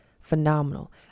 Phenomenal